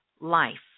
life